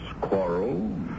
quarrel